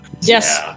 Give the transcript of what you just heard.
Yes